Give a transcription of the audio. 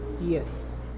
Yes